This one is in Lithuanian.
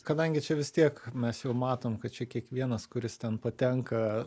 kadangi čia vis tiek mes jau matom kad čia kiekvienas kuris ten patenka